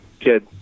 kid